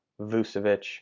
Vucevic